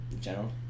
General